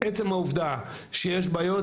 עצם העובדה שיש בעיות,